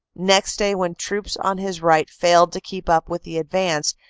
next day when troops on his right failed to keep up with the advance,